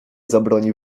zabroni